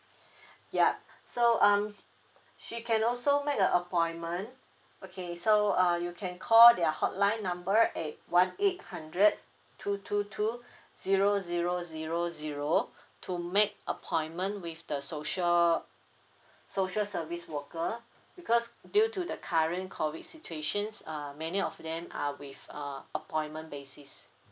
ya so um she can also make a appointment okay so uh you can call their hotline number at one eight hundred two two two zero zero zero zero to make appointment with the social social service worker because due to the current COVID situations uh many of them are with uh appointment basis